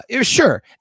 sure